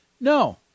No